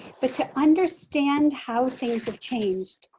but to understand how things have changed,